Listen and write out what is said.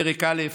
פרק א':